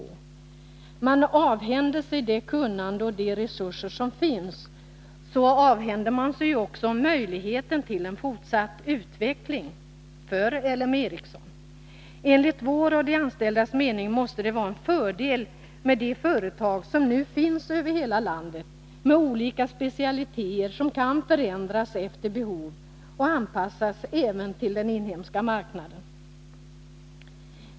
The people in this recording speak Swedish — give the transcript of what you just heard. Om man avhänder sig det kunnande och de resurser som finns, så avhänder man sig också möjligheten till en fortsatt utveckling för L M Ericsson. Enligt vår och de anställdas mening måste det vara en fördel med de företag som nu finns spridda över hela landet, som har olika specialiteter och som kan förändras efter behov och anpassas även till den inhemska marknaden.